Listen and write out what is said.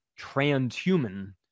transhuman